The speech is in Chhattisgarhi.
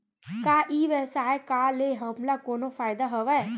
का ई व्यवसाय का ले हमला कोनो फ़ायदा हवय?